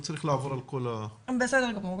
לא צריך לעבור על כל ה --- בסדר גמור,